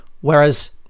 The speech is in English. Whereas